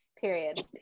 period